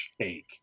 shake